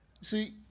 See